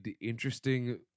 interesting